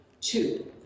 Two